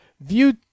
View